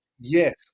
Yes